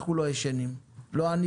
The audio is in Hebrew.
אנחנו לא ישנים,